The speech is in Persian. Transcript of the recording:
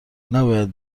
نباید